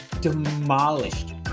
demolished